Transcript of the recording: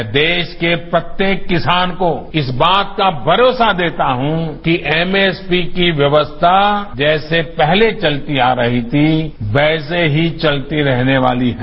मैं देश के प्रत्येक किसान को इस बात का भरोसा देता हूं कि एमएसपी की व्यवस्था जैसे पहले चलती आ रही थी वैसे ही चलती रहने वाली है